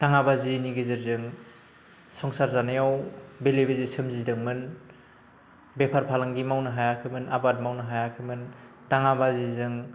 दाङाबाजिनि गेजेरजों संसार जानायाव बेले बेजे सोमजिदोंमोन बेफार फालांगि मावनो हायाखैमोन आबाद मावनो हायाखैमोन दाङा बाजिजों